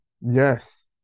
Yes